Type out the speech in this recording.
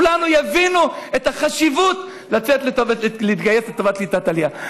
כולנו נבין את החשיבות של לצאת ולהתגייס לטובת קליטת עלייה.